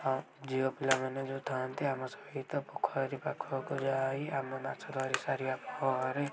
ହଁ ଝିଅ ପିଲା ମାନେ ଯୋଉ ଥାଆନ୍ତି ଆମ ସହିତ ପୋଖରୀ ପାଖକୁ ଯାଇ ଆମେ ମାଛ ଧାରି ସାରିବା ପରେ